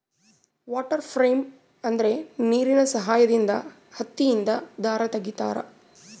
water frame ಅಂದ್ರೆ ನೀರಿನ ಸಹಾಯದಿಂದ ಹತ್ತಿಯಿಂದ ದಾರ ತಗಿತಾರ